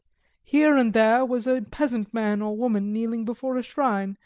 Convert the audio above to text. here and there was a peasant man or woman kneeling before a shrine,